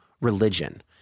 religion